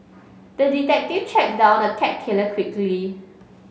the detective tracked down the cat killer quickly